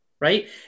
right